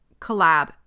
collab